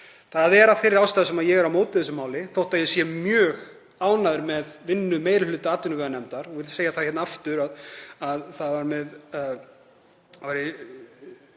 Það er af þeirri ástæðu sem ég er á móti þessu máli þótt ég sé mjög ánægður með vinnu meiri hluta atvinnuveganefndar. Ég vil segja það hér aftur að þar átti